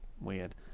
weird